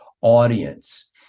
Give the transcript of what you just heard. audience